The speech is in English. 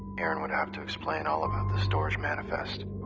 iaaron would have to explain all about the storage manifest.